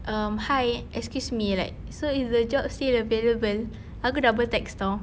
um hi excuse me like so is the job still available aku double text [tau]